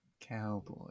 cowboy